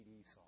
Esau